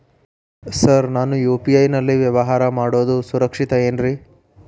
Sir ನಾನು UPI ನಲ್ಲಿ ವ್ಯವಹಾರ ಮಾಡೋದು ಸುರಕ್ಷಿತ ಏನ್ರಿ?